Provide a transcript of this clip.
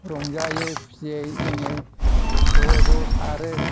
रंजायो खुसियै जोङो ज' ज' सारो